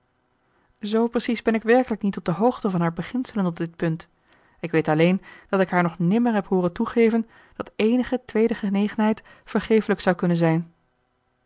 z precies ben ik werkelijk niet op de hoogte van haar beginselen op dit punt ik weet alleen dat ik haar nog nimmer heb hooren toegeven dat eenige tweede genegenheid vergefelijk zou kunnen zijn